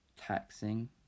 taxing